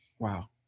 Wow